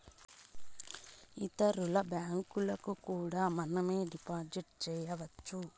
ఇతరుల బ్యాంకులకు కూడా మనమే డిపాజిట్ చేయొచ్చు